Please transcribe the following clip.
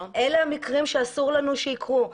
אלה המקרים שאסור שיקרו לנו.